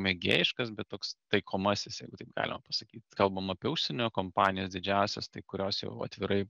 mėgėjiškas bet toks taikomasis jeigu taip galima pasakyt kalbam apie užsienio kompanijas didžiąsias tai kurios jau atvirai